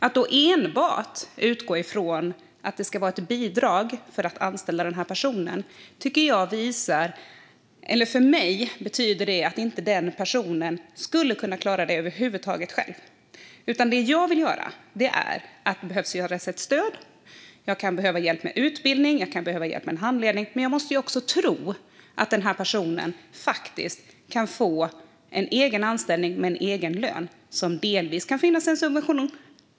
Att då enbart utgå från att det ska finnas ett bidrag för att anställa personen betyder för mig att den personen inte skulle klara arbetet själv. Jag anser att det behövs ett stöd. Jag kan behöva hjälp med utbildning eller handledning. Men personen måste tro att denne kan få en egen anställning med egen lön, som delvis kan subventioneras.